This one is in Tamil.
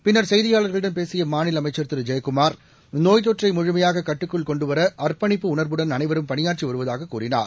பின்னா் செய்தியாளர்களிடம் பேசிய மாநில அமைச்சா் திரு ஜெயக்குமார் நோய் தொற்றை முழுமையாக கட்டுக்குள் கொண்டுவர அர்ப்பணிப்பு உணர்வுடன் அனைவரும் பணியாற்றி வருவதாகக் கூறினார்